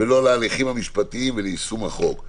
"ולא להליכים משפטיים וליישום החוק.